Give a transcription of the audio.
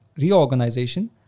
reorganization